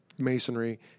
Masonry